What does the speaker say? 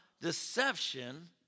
deception